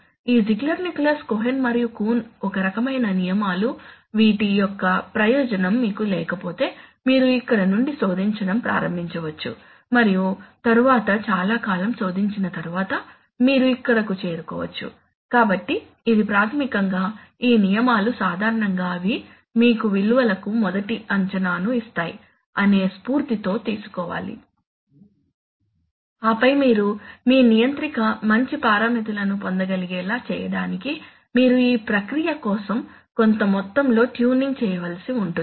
ఈ Ziegler Nichols Cohen మరియు Coon ఒక రకమైన నియమాలు వీటి యొక్క ప్రయోజనం మీకు లేకపోతే మీరు ఇక్కడ నుండి శోధించడం ప్రారంభించవచ్చు మరియు తరువాత చాలా కాలం శోధించిన తర్వాత మీరు ఇక్కడకు చేరుకోవచ్చు కాబట్టి ఇది ప్రాథమికంగా ఈ నియమాలు సాధారణంగా అవి మీకు విలువలకు మొదటి అంచనాను ఇస్తాయి అనే స్ఫూర్తితో తీసుకోవాలి ఆపై మీరు మీ నియంత్రిక మంచి పారామితులను పొందగలిగేలా చేయడానికి మీరు మీ ప్రక్రియ కోసం కొంత మొత్తంలో ట్యూనింగ్ చేయవలసి ఉంటుంది